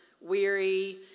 weary